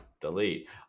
delete